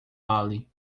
ali